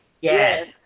Yes